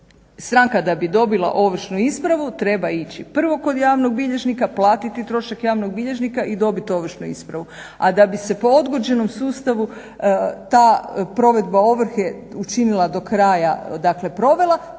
Stranka da bi dobila ovršnu ispravu treba ići kod javnog bilježnika, platiti trošak javnog bilježnika i dobiti ovršnu ispravu. A da bi se po odgođenom sustavu ta provedba ovrhe učinila do kraja dakle provela,